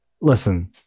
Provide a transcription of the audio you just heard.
Listen